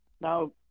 now